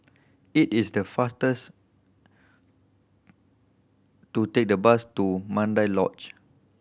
it is the fastest to take the bus to Mandai Lodge